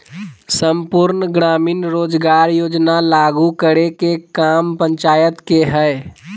सम्पूर्ण ग्रामीण रोजगार योजना लागू करे के काम पंचायत के हय